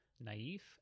naive